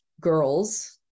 girls